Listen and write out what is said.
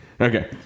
okay